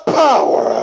power